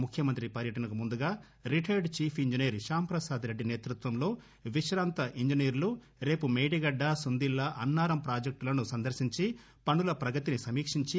ముఖ్యమంత్రి పర్యటనకు ముందుగా రిటైర్డ్ చీఫ్ ఇంజినీర్ క్యాంప్రసాద్ రెడ్డి నేతృత్వంలో విశ్రాంత ఇంజినీర్లు రేపు మేడిగడ్డ సుందిళ్ల అన్నారం ప్రాజెక్టులను సందర్పించి పనుల ప్రగతిని సమీక్షించి